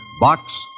box